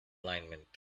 alignment